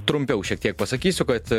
trumpiau šiek tiek pasakysiu kad